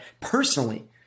personally